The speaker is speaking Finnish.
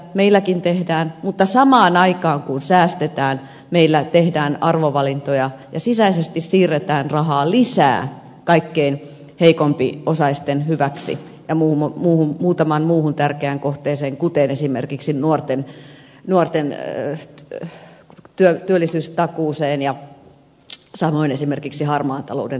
meilläkin tehdään mutta samaan aikaan kun säästetään meillä tehdään arvovalintoja ja sisäisesti siirretään rahaa lisää kaikkein heikompiosaisten hyväksi ja muutamaan muuhun tärkeään kohteeseen kuten esimerkiksi nuorten työllisyystakuuseen ja samoin esimerkiksi harmaan talouden torjuntaan